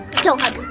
don't hug